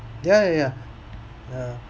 ya ya ya ya